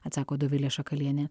atsako dovilė šakalienė